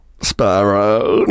Sparrow